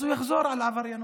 אז הוא יחזור לעבריינות.